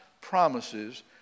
promises